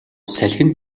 салхинд